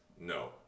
No